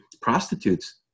prostitutes